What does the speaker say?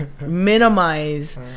minimize